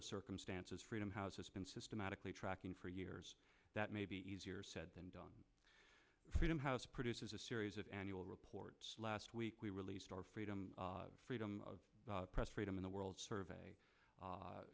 of circumstances freedom house has been systematically tracking for years that may be easier said than done freedom house produces a series of annual reports last week we released our freedom freedom of press freedom in the world survey